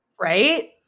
right